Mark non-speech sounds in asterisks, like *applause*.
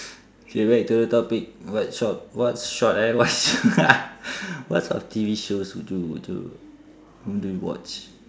K back to the topic what shot what shot eh what sho~ *laughs* what sort of T_V shows would you would you do you watch